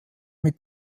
mit